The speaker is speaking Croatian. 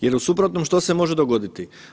Jer u suprotnom što se može dogoditi?